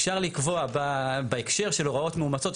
אפשר לקבוע בהקשר של הוראות מאומצות,